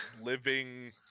living